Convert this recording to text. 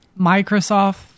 Microsoft